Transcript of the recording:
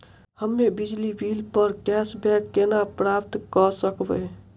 हम्मे बिजली बिल प कैशबैक केना प्राप्त करऽ सकबै?